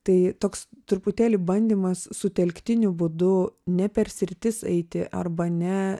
tai toks truputėlį bandymas sutelktiniu būdu ne per sritis eiti arba ne